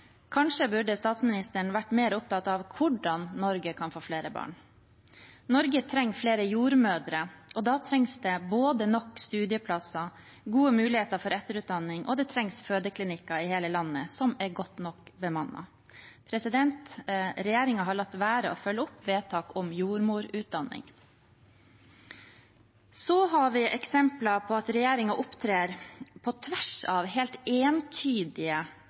Kanskje burde statsministeren vært mer opptatt av hvordan Norge kan få flere barn. Norge trenger flere jordmødre, og da trengs det både nok studieplasser, gode muligheter for etterutdanning og fødeklinikker i hele landet som er godt nok bemannet. Regjeringen har latt være å følge opp vedtak om jordmorutdanning. Så har vi eksempler på at regjeringen opptrer på tvers av helt entydige